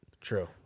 True